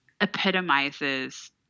epitomizes